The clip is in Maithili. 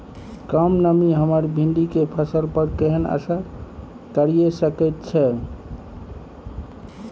कम नमी हमर भिंडी के फसल पर केहन असर करिये सकेत छै?